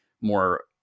more